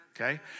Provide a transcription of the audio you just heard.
Okay